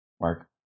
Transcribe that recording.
Mark